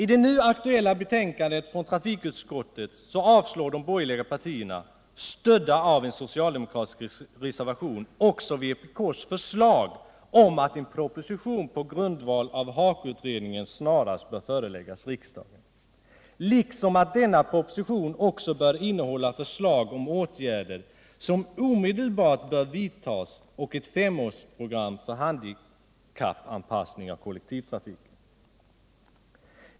I det nu aktuella betänkandet från trafikutskottet avstyrker de borgerliga partierna, stödda av en socialdemokratisk reservation, också vpk:s förslag om att en proposition på grundval av HAKO-utredningen snarast bör föreläggas riksdagen liksom att denna proposition även bör innehålla förslag om åtgärder som omedelbart bör vidtas och ett femårsprogram för handikappanpassning av kollektivtrafiken.